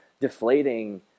deflating